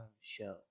show